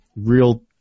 Real